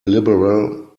liberal